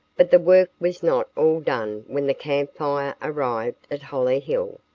but the work was not all done when the camp fire arrived at hollyhill,